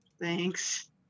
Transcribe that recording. Thanks